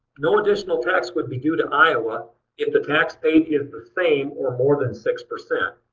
no additional tax would be due to iowa if the tax paid is the same or more than six percent.